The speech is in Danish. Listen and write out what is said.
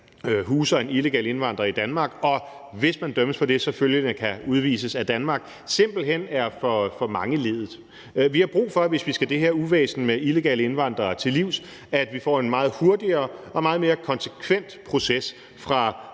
huser en illegal indvandrer i Danmark, og man, hvis man dømmes for det, så efterfølgende kan udvises af Danmark, simpelt hen er for mangeledet. Vi har, hvis vi skal det her uvæsen med illegale indvandrere til livs, brug for, at vi får en meget hurtigere og meget mere konsekvent proces, fra